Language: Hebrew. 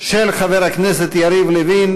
של חבר הכנסת יריב לוין.